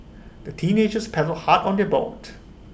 the teenagers paddled hard on their boat